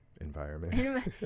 environment